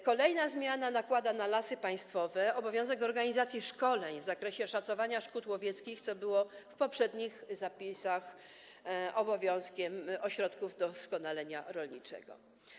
Kolejna zmiana nakłada na Lasy Państwowe obowiązek organizacji szkoleń w zakresie szacowania szkód łowieckich, co było w poprzednich zapisach obowiązkiem ośrodków doskonalenia rolniczego.